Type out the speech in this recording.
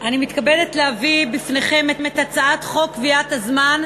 אני מתכבדת להביא בפניכם את הצעת חוק קביעת הזמן,